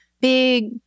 big